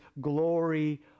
glory